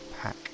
pack